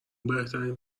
بهترین